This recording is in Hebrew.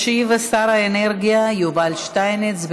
ישיב שר האנרגיה יובל שטייניץ.